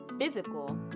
physical